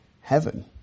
heaven